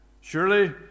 surely